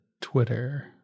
Twitter